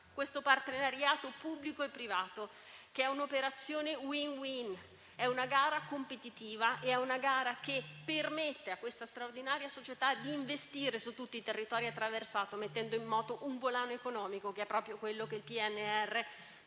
un partenariato pubblico-privato che è un'operazione *win-win*, è una gara competitiva che permette a questa straordinaria società di investire su tutto il territorio attraversato, mettendo in moto un volano economico che è proprio quello che vuole il